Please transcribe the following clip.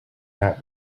that